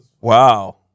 wow